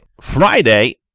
Friday